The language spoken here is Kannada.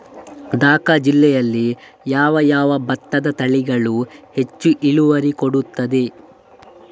ದ.ಕ ಜಿಲ್ಲೆಯಲ್ಲಿ ಯಾವ ಯಾವ ಭತ್ತದ ತಳಿಗಳು ಹೆಚ್ಚು ಇಳುವರಿ ಕೊಡುತ್ತದೆ?